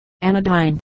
anodyne